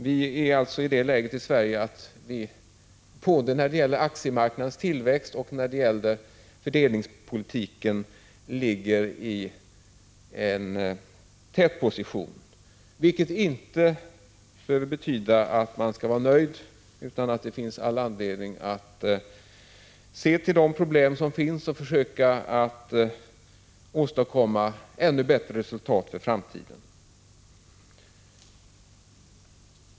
Vi är alltså i Sverige i det läget att vi både när det gäller aktiemarknadens tillväxt och när det gäller fördelningspolitiken har en tätposition, vilket inte behöver betyda att man skall vara nöjd — det finns all anledning att uppmärksamma de problem som finns och försöka åstadkomma ännu bättre resultat för framtiden.